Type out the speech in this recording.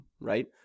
right